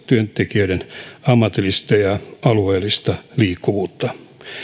työntekijöiden turvallista ammatillista ja alueellista liikkuvuutta